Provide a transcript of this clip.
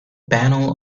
panel